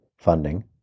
funding